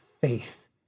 faith